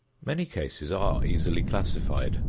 many cases are easily classified,